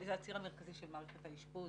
של מערכת האשפוז,